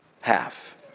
half